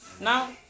Now